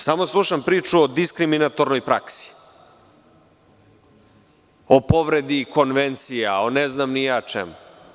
Samo slušam priču o diskriminatornoj praksi, o povredi konvencija, o ne znam ni ja čemu.